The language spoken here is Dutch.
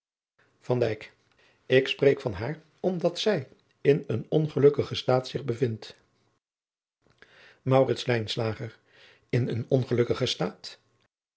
ik spreek van haar omdat zij in een ongelukkigen staat zich bevindt maurits lijnslager in een ongelukkigen staat